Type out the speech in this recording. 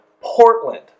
Portland